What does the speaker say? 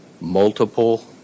multiple